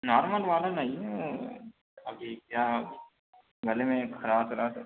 normal वाला नहीं है अभी क्या गले में खराश वराश है